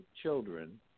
children